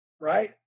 Right